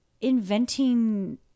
inventing